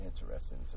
interesting